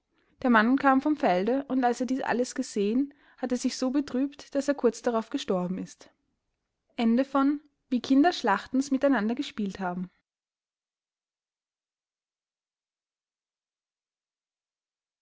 der mann kam vom felde und als er dies alles gesehen hat er sich so betrübt daß er kurz darauf gestorben ist